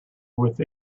with